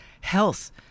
health